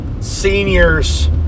seniors